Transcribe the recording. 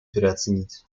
переоценить